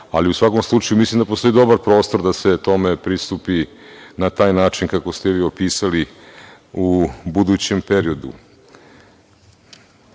Ali, u svakom slučaju mislim da postoji dobar prostor da se tome pristupi na taj način kako ste vi opisali u budućem periodu. Kada